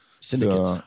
Syndicates